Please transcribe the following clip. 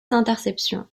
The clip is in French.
interceptions